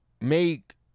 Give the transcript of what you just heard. make